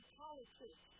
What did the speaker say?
politics